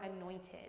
anointed